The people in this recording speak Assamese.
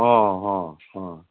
অ অ অ